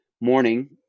morning